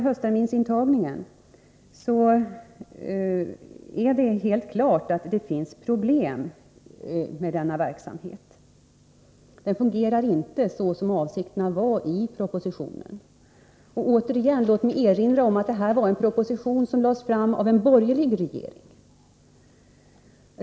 Beträffande intagningen till höstterminen finns det helt klart problem. Det fungerar inte så som man avsåg i propositionen. Låt mig återigen erinra om att denna proposition lades fram av en borgerlig regering.